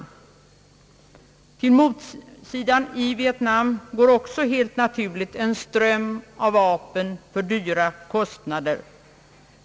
Till motsidan i Vietnam går helt naturligt också en ström av vapen för dyra kostnader.